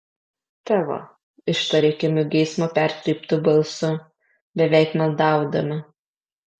tavo ištaria kimiu geismo perkreiptu balsu beveik maldaudama